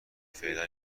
فعلا